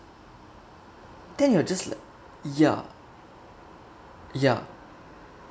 then you were just lik~ ya ya